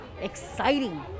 exciting